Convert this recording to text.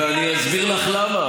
אני אסביר לך למה.